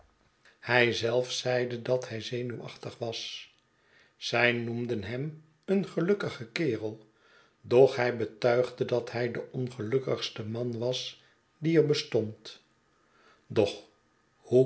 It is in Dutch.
hij zelf zeide dat hij zenuwachtig was zij noemden hem een gelukkigen kerel doch hij betuigde dat hij de ongelukkigste man was die er bestond doch hoe